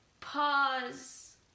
Pause